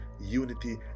unity